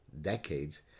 decades